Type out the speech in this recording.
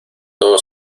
todo